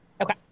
Okay